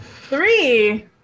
Three